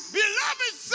beloved